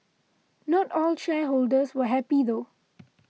not all shareholders were happy though